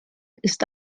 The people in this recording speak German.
ist